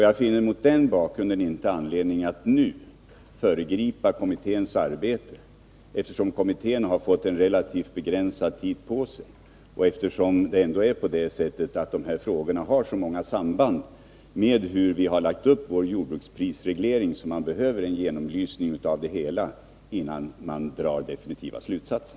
Jag finner mot den bakgrunden inte anledning att nu föregripa kommitténs arbete — kommittén har ju fått en relativt begränsad tid på sig, och de här frågorna har ändå så många samband med hur vi har lagt upp vår jordbruksprisreglering att vi behöver en genomlysning av det hela, innan vi kan dra några definitiva slutsatser.